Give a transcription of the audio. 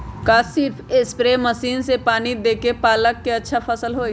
का सिर्फ spray machine से पानी देके पालक के अच्छा फसल होई?